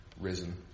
risen